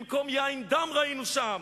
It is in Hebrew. במקום יין, דם ראינו שם.